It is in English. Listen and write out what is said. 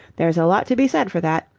there's a lot to be said for that.